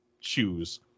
shoes